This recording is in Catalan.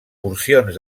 porcions